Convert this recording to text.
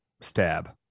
stab